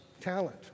talent